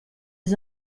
les